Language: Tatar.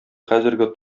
хәзерге